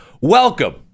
welcome